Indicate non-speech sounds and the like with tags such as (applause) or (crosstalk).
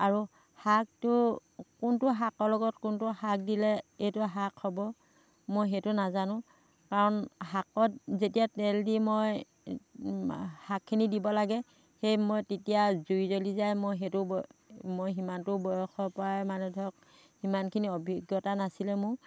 আৰু শাকটো কোনটো শাকৰ লগত কোনটো শাক দিলে এইটো শাক হ'ব মই সেইটো নাজানো কাৰণ শাকত যেতিয়া তেল দি মই (unintelligible) শাকখিনি দিব লাগে সেই মই তেতিয়া জুই জ্বলি যায় মই সেইটো মই (unintelligible) মই সিমানটো বয়সৰ পৰাই মানে ধৰক সিমানখিনি অভিজ্ঞতা নাছিলে মোৰ